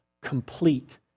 complete